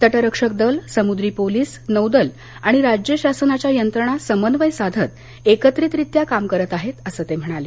तट रक्षक दल समुद्री पोलीस नौदल आणि राज्य शासनाच्या यंत्रणा समन्वय साधत एकत्रितरित्या काम करत आहेत असं ते म्हणाले